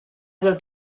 will